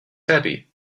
happy